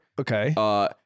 Okay